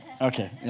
Okay